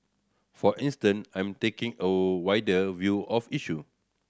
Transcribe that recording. for instance I'm taking a wider view of issue